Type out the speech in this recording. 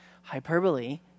Hyperbole—